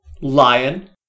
Lion